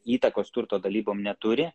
įtakos turto dalybom neturi